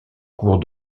cours